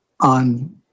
on